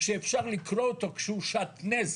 שאפשר לקרוא אותו כשהוא שעטנז.